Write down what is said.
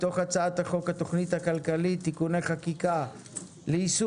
מתוך הצעת חוק התכנית הכלכלית (תיקוני חקיקה ליישום